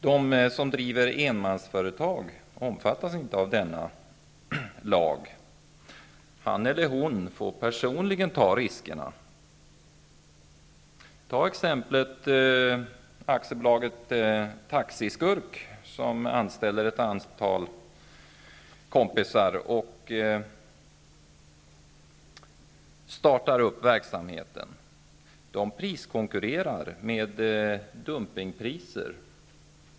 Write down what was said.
De som driver enmansföretag omfattas inte av denna lag. Han eller hon får personligen ta riskerna. Jag kan ta exemplet med AB Taxiskurk, som anställer ett antal kompisar och startar verksamheten. Man priskonkurrerar med dumpningspriser.